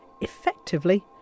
effectively